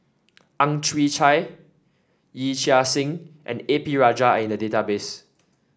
Ang Chwee Chai Yee Chia Hsing and A P Rajah are in the database